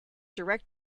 direct